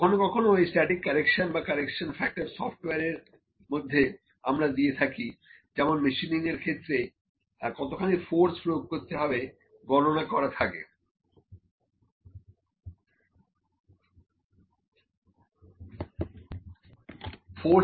কখনো কখনো এই স্ট্যাটিক কারেকশন বা কারেকশন ফ্যাক্টর সফটওয়্যার এর মধ্যে আমরা দিয়ে থাকি যেমন মেশিনিং এর ক্ষেত্রে কতখানি ফোর্স প্রয়োগ করতে হবে গণনা করে থাকি